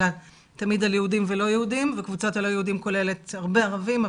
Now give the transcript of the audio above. אלא תמיד על יהודים ולא יהודים וכמובן הלא יהודים כוללת הרבה ערבים,